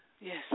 Yes